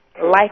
Life